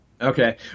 Okay